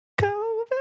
COVID